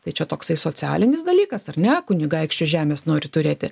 tai čia toksai socialinis dalykas ar ne kunigaikščių žemės nori turėti